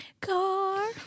Car